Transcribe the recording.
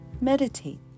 meditate